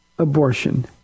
Abortion